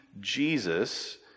Jesus